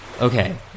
Okay